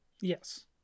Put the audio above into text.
Yes